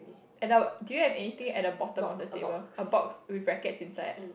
do you have anything at the bottom on the table a box with rackets inside